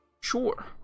Sure